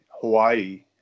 Hawaii